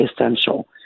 essential